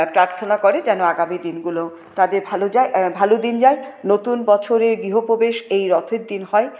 প্রার্থনা করে যেন আগামী দিনগুলো তাদের ভালো যায় ভালো দিন যায় নতুন বছরের গৃহপ্রবেশ এই রথের দিন হয়